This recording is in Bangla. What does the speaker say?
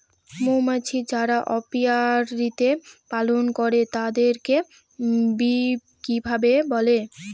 মৌমাছি যারা অপিয়ারীতে পালন করে তাদেরকে বী কিপার বলে